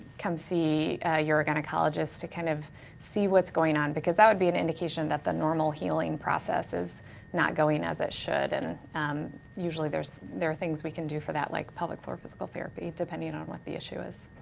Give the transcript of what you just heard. come see a urogynecologist to kind of see what's going on. because that would be an indication that the normal healing process is not going as it should and usually there are things we can do for that like pelvic floor physical therapy, depending on what the issue is.